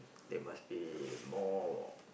they must be more